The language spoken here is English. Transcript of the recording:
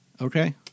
Okay